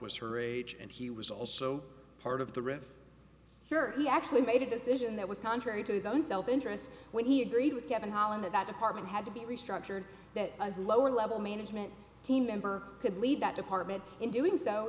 age and he was also part of the river for he actually made a decision that was contrary to his own self interest when he agreed with kevin holland that that apartment had to be restructured that a lower level management team member could lead that department in doing so